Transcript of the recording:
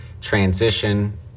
transition